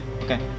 Okay